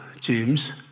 James